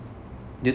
mm